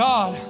God